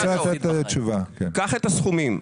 קח את הסכומים.